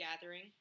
gathering